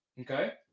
Okay